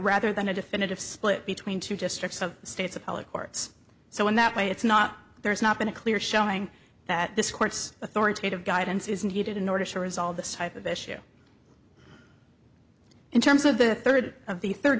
rather than a definitive split between two just states appellate courts so in that way it's not there's not been a clear showing that this court's authoritative guidance is needed in order to resolve this type of issue in terms of the third of the third